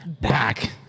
back